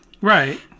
Right